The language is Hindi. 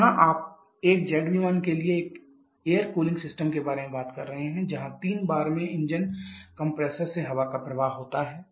तो यहां आप एक जेट विमान के लिए एक एयर कूलिंग सिस्टम के बारे में बात कर रहे हैं जहां 3 bar में इंजन कंप्रेसर से हवा का प्रवाह होता है